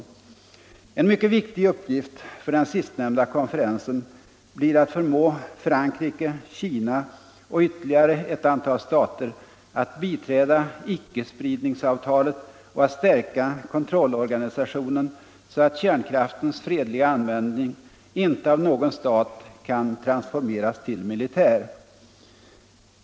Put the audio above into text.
En mycket viktig uppgift för den sistnämnda konferensen blir att förmå Frankrike, Kina och ytterligare några stater att biträda icke-spridningsavtalet och att stärka kontrollorganisationen så att kärnkraftens fredliga användning inte av någon stat kan transformeras till militär.